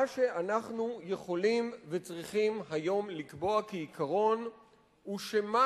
מה שאנחנו יכולים וצריכים היום לקבוע כעיקרון הוא שמה